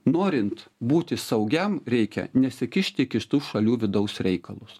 norint būti saugiam reikia nesikišti į kitų šalių vidaus reikalus